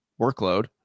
workload